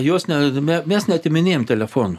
jos nea mes neatiminėjam telefonų